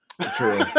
True